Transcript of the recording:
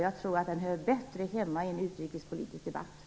Jag tror att den hör mer hemma i en utrikespolitisk debatt.